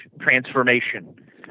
transformation